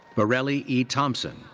barellie e. thompson,